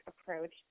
approach